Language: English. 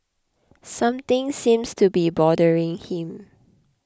something seems to be bothering him